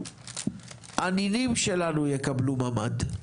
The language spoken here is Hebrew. הנינים שלנו יקבלו ממ"ד.